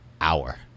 hour